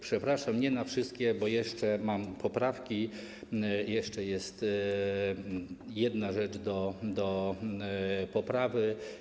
Przepraszam, nie na wszystkie, bo jeszcze mam poprawki, jeszcze jest jedna rzecz do poprawy.